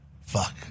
fuck